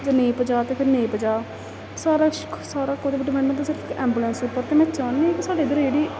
जे नेईं पजा ते फिर नेईं पजा सारा सारा कोह्दे उप्पर डिंपैंड सिर्फ ऐंबुलेंस उप्पर ते में चाह्न्नी आं कि साढ़े इद्धर जेह्ड़ी